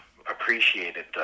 appreciated